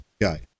guy